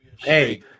hey